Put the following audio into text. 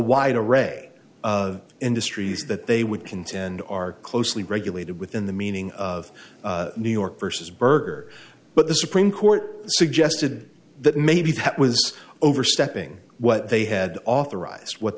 wide array of industries that they would contend are closely regulated within the meaning of new york versus burger but the supreme court suggested that maybe that was overstepping what they had authorized what